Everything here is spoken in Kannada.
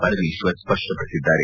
ಪರಮೇಶ್ವರ್ ಸಪ್ಪಪಡಿಸಿದ್ದಾರೆ